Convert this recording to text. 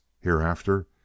Hereafter